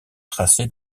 tracé